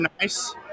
nice